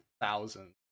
thousands